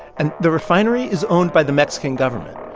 and the refinery is owned by the mexican government.